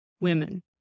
women